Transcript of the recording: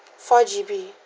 four G_B